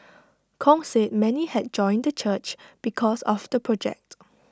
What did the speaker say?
Kong said many had joined the church because of the project